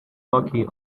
hockey